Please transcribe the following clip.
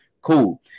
Cool